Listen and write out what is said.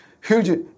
huge